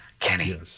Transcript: Kenny